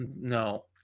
no